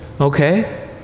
okay